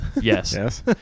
Yes